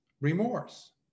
remorse